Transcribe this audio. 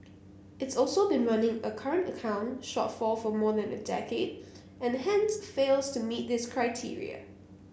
it's also been running a current account shortfall for more than a decade and hence fails to meet this criteria